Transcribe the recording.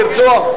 תרצו,